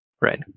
right